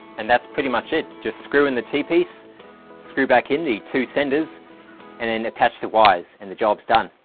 and that's pretty much it just screw in the t piece screw back in the two senders and then attach the wires and the jobs done